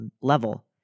level